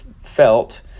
felt